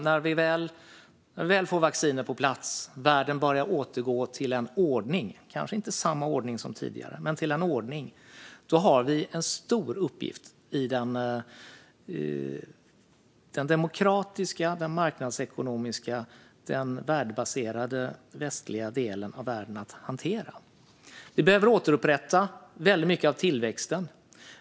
När vi väl får vaccinet på plats och världen börjar återgå till en ordning efter corona, kanske inte samma ordning som tidigare men till en ordning, har vi en stor uppgift i den demokratiska, marknadsekonomiska och värdebaserade västliga delen av världen. Vi behöver återupprätta väldigt mycket av tillväxten.